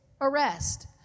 arrest